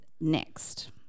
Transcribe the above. next